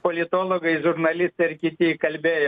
politologai žurnalistai ir kiti kalbėjo